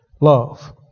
Love